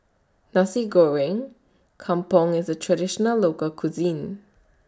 Nasi Goreng Kampung IS A Traditional Local Cuisine